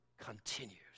continues